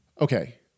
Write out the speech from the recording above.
Okay